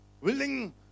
Willing